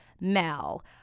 Mel